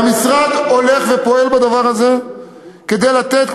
והמשרד הולך ופועל בדבר הזה כדי לתת,